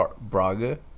Braga